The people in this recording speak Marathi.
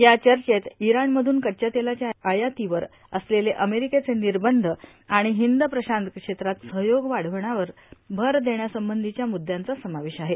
या चर्चेत इरान मधून कच्च्या तेलाच्या आयातीवर असलेले अमेरिकेचे निर्बध आणि हिन्द प्रशान्त क्षेत्रात सहयोग वाढवण्यावर भर देण्यासंबंधीच्या म्रद्यांचा समावेश आहे